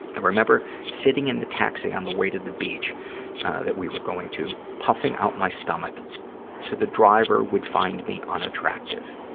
i remember sitting in the taxi on the way to the beach that we were going to, puffing out my stomach so the driver would find me unattractive.